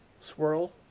Swirl